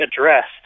addressed